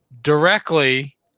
directly –